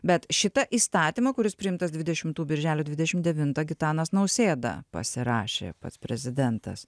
bet šitą įstatymą kuris priimtas dvidešimtų birželio dvidešim devintą gitanas nausėda pasirašė pats prezidentas